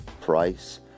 price